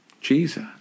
Jesus